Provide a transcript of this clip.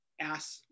ask